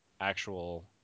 actual